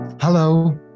Hello